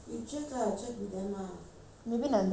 maybe நான் அந்த:naan antha stand வாங்குரேன்:vankuraen the mood stand